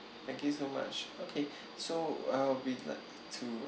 thank you so much okay so uh we'd like to